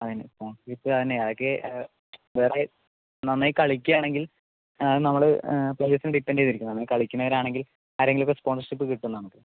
അതുതന്നെ സ്പോൺസർഷിപ്പ് അതന്നെ അതൊക്കെ വേറെ നന്നായി കളിക്കുവാണെങ്കിൽ നമ്മള് പ്ലയേഴ്സിനെ ഡിപെൻഡ് ചെയ്തിരിക്കാണ് നന്നായി കളിക്കുന്നൊരാണെങ്കിൽ ആരെങ്കിലുമൊക്കെ സ്പോൺസർഷിപ്പ് കിട്ടും നമുക്ക്